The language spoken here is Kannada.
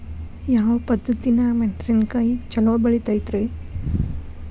ಯಾವ ಪದ್ಧತಿನ್ಯಾಗ ಮೆಣಿಸಿನಕಾಯಿ ಛಲೋ ಬೆಳಿತೈತ್ರೇ?